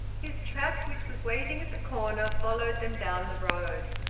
his trap, which was waiting at the corner, followed them down the road.